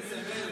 איזה מלך.